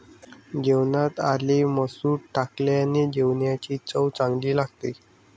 जेवणात आले मसूर टाकल्याने जेवणाची चव चांगली लागते